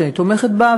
שאני תומכת בה,